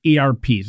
ERPs